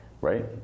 right